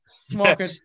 Smoking